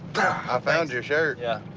i found your shirt. yeah.